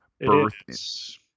birth